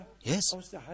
yes